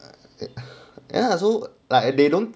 ya so like they don't